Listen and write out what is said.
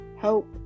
help